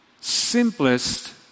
simplest